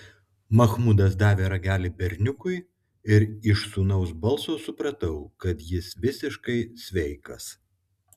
machmudas davė ragelį berniukui ir iš sūnaus balso supratau kad jis visiškai sveikas